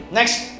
Next